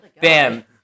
Bam